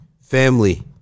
family